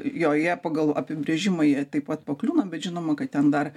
jo jie pagal apibrėžimą jie taip pat pakliūna bet žinoma kad ten dar